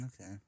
Okay